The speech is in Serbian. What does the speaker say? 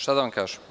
Šta da vam kažem?